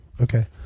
Okay